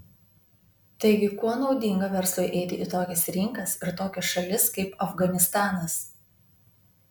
taigi kuo naudinga verslui eiti į tokias rinkas ir tokias šalis kaip afganistanas